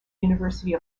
university